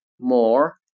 more